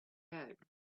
head